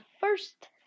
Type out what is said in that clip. first